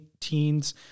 teens